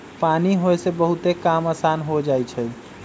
पानी होय से बहुते काम असान हो जाई छई